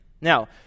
Now